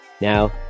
Now